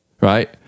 right